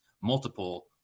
multiple